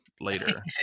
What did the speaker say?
later